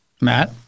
Matt